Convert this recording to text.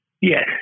Yes